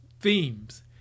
themes